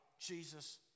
Jesus